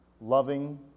Loving